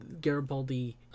Garibaldi